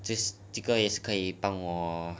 this 这个也可以帮我